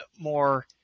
more